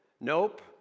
nope